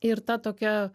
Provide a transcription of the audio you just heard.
ir ta tokia